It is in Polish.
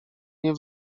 nie